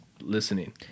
listening